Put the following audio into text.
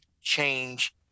change